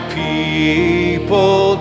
people